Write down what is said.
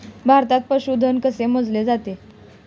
भारतात पशुधन कसे मोजले जाते?